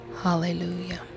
Hallelujah